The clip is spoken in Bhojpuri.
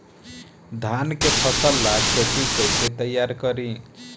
धान के फ़सल ला खेती कइसे तैयार करी?